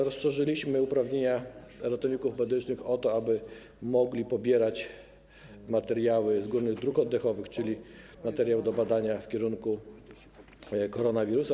Rozszerzyliśmy również uprawnienia ratowników medycznych o to, aby mogli pobierać materiał z górnych dróg oddechowych, czyli materiał do badania w kierunku koronawirusa.